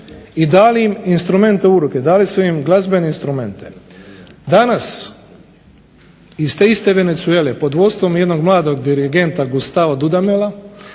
i dali im instrumente u ruke, dali su im glazbene instrumente. Danas iz te iste Venezuele pod vodstvom jednog mladog dirigenta Gustavo Dudamela